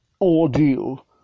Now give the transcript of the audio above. ordeal